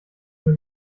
nur